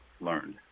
learned